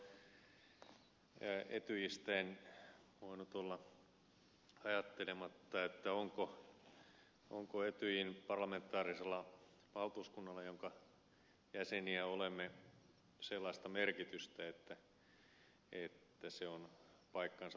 laukkasen puheenvuoroa etyjistä en voinut olla ajattelematta onko etyjin parlamentaarisella valtuuskunnalla jonka jäseniä olemme sellaista merkitystä että se on paikkansa lunastanut